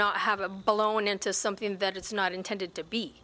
not have a blown into something that it's not intended to be